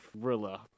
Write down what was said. thriller